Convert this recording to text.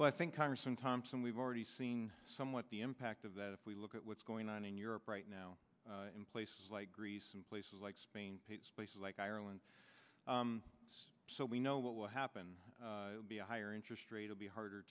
well i think congressman thompson we've already seen somewhat the impact of that if we look at what's going on in europe right now in places like greece in places like spain places like ireland so we know what will happen be a higher interest rate will be harder